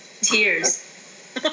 Tears